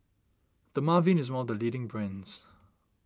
Dermaveen is one of the leading brands